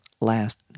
last